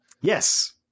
Yes